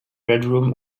bedroom